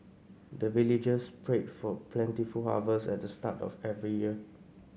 the villagers pray for plentiful harvest at the start of every year